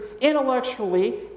intellectually